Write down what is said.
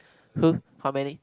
who how many